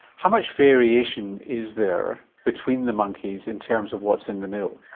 how much variation is there between the monkeys in terms of what's in the milk?